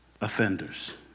offenders